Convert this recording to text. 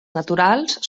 naturals